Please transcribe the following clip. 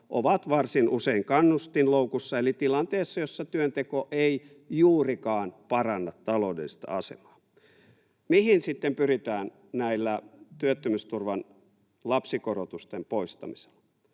ovat varsin usein kannustinloukussa eli tilanteessa, jossa työnteko ei juurikaan paranna taloudellista asemaa. Mihin sitten pyritään tällä työttömyysturvan lapsikorotusten poistamisella?